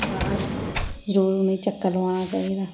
बाहर जरूर उ'नेंगी चक्कर लोआना चाहिदा